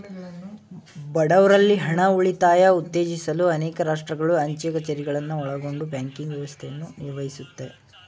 ಬಡವ್ರಲ್ಲಿ ಹಣ ಉಳಿತಾಯ ಉತ್ತೇಜಿಸಲು ಅನೇಕ ರಾಷ್ಟ್ರಗಳು ಅಂಚೆ ಕಛೇರಿಗಳನ್ನ ಒಳಗೊಂಡ ಬ್ಯಾಂಕಿಂಗ್ ವ್ಯವಸ್ಥೆಯನ್ನ ನಿರ್ವಹಿಸುತ್ತೆ